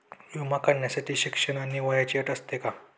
विमा काढण्यासाठी शिक्षण आणि वयाची अट असते का?